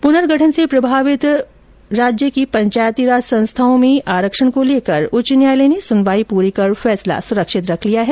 पुनर्गठन से प्रभावित पंचायती राज संस्थाओं में आरक्षण को लेकर उच्च न्यायालय ने सुनवाई पूरी कर फैसला सुरक्षित रख लिया है